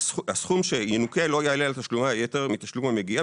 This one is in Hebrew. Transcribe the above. "הסכום שינוכה לא יעלה על תשלומי היתר מהתשלום המגיע,